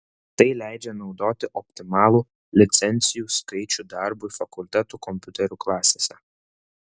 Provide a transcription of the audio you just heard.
tai leidžia naudoti optimalų licencijų skaičių darbui fakultetų kompiuterių klasėse